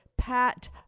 Pat